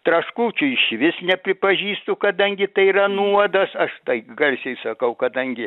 traškučių išvis nepripažįstu kadangi tai yra nuodas aš tai garsiai sakau kadangi